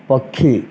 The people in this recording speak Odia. ପକ୍ଷୀ